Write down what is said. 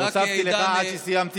רק עידן, הוספתי לך עד שסיימת.